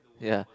ya